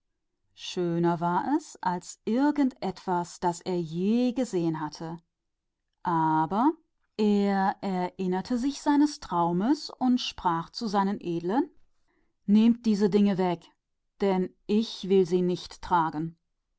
waren herrlicher als irgend etwas was er bisher gesehen hatte aber er dachte an seine träume und sagte zu seinen großen nehmt diese dinge weg denn ich will sie nicht tragen